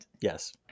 Yes